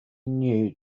new